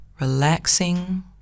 relaxing